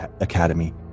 Academy